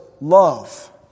love